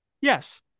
Yes